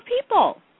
people